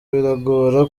biragora